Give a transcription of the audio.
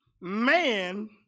Man